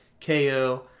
KO